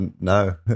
No